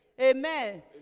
Amen